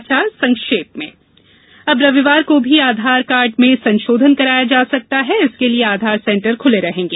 समाचार संक्षेप में अब रविवार को भी आधार कार्ड में संशोधन कराया जा सकता है इसके लिये आधार सेंटर खुले रहेंगे